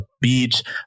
beach